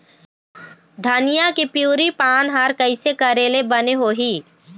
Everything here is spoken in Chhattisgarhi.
धनिया के पिवरी पान हर कइसे करेले बने होही?